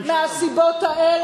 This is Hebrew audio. ואף שלא יכולתי,